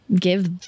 give